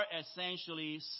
essentially